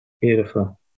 Beautiful